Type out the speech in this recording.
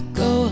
go